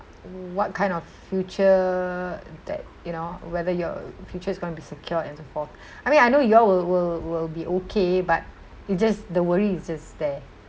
what kind of future that you know whether your future is going to be secure and so forth I mean I know you all will will will be okay but it just the worry is just there